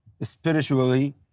spiritually